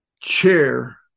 chair